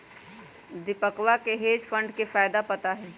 दीपकवा के hedge fund के फायदा पता हई